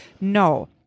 No